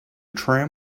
tram